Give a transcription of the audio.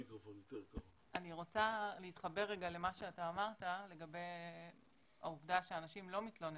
אני רוצה להתחבר למה שאתה אמרת לגבי העובדה שאנשים לא מתלוננים.